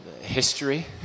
history